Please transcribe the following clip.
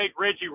Reggie